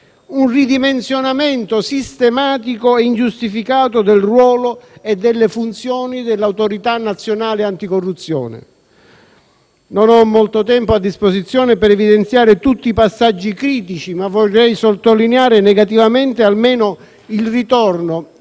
un ridimensionamento sistematico e ingiustificato del ruolo e delle funzioni dell'Autorità nazionale anticorruzione. Non ho molto tempo a disposizione per evidenziare tutti i passaggi critici, ma vorrei sottolineare negativamente almeno il ritorno,